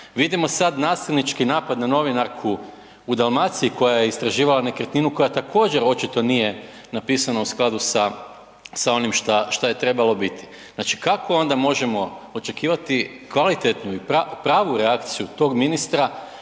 Vidimo sad nasilnički napad na novinarku u Dalmaciji koja je istraživala nekretninu, koja također očito nije napisano u skladu sa onim šta je trebalo biti. Znači kako onda možemo očekivati kvalitetnu i pravu reakciju tog ministra